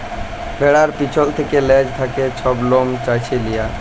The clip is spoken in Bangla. ভেড়ার পিছল থ্যাকে লেজ থ্যাকে ছব লম চাঁছে লিয়া